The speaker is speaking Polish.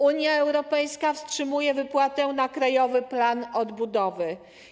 Unia Europejska wstrzymuje wypłatę na Krajowy Plan Odbudowy.